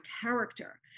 character